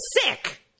sick